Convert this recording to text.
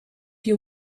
you